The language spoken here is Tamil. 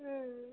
ம்